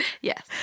Yes